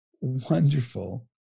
wonderful